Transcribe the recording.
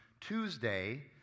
Tuesday